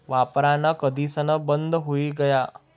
वापरान कधीसन बंद हुई गया